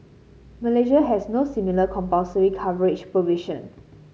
Malaysia has no similar compulsory coverage provision